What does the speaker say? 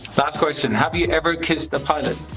last question have you ever kissed a pilot?